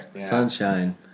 Sunshine